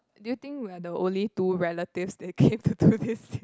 do you think we're the only two relatives that came to do this thing